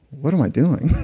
what am i doing?